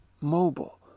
mobile